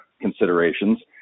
considerations